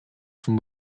from